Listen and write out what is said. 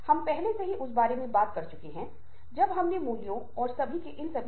वह पूरी तरह से पराजित महसूस कर रहा है और बर्फ उसके चारों तरफ गिर रही है